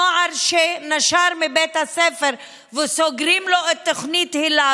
נוער שנשר מבית הספר וסוגרים לו את תוכנית היל"ה